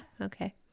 Okay